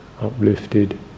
uplifted